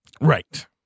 Right